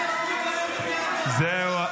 זהו.